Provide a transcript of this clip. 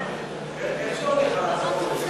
זה הולך, חלוקת הדקות?